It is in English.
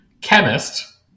chemist